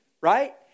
Right